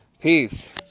Peace